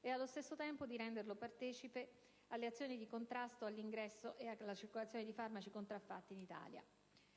e, allo stesso tempo, di renderlo compartecipe alle azioni di contrasto all'ingresso e alla circolazione di farmaci contraffatti in Italia.